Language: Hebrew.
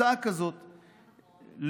הצעה כזאת,